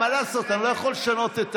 מה לעשות, אני לא יכול לשנות את